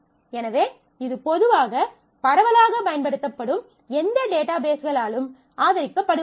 எனவே இது பொதுவாக பரவலாகப் பயன்படுத்தப்படும் எந்த டேட்டாபேஸ்களாலும் ஆதரிக்கப்படுவதில்லை